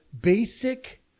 basic